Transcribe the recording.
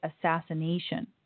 assassination